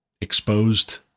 exposed